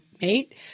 mate